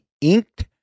inked